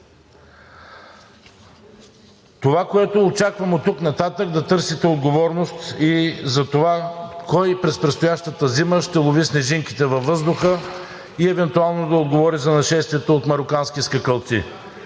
Това, което очаквам оттук нататък, е да търсите отговорност и за това кой през предстоящата зима ще лови снежинките във въздуха и евентуално да отговори за нашествието от мароканските скакалци.